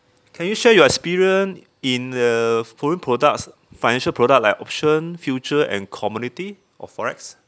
can you share your experience in the foreign products financial product like auction future and community or forex